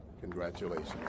Congratulations